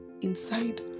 inside